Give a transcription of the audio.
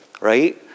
Right